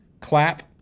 clap